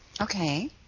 Okay